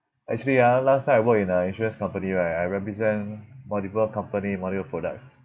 actually ah last time I work in a insurance company right I represent multiple company multiple products